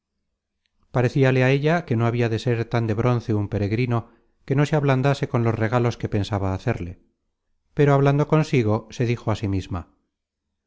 deseos parecíale á ella que no habia de ser tan de bronce un peregrino que no se ablandase con los regalos que pensaba hacerle pero hablando consigo se dijo á sí misma